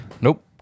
nope